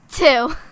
Two